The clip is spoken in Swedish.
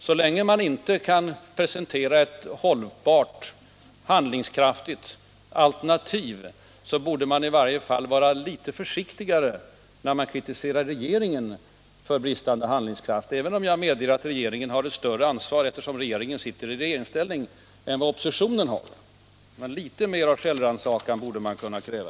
Så länge man inte kan presentera ett hållbart, handlingskraftigt alternativ borde man i varje fall vara litet försiktigare när man kritiserar regeringen för bristande handlingskraft, även om jag medger att en regering har ett större ansvar än vad en opposition har. Litet mer av självrannsakan borde man dock kunna kräva.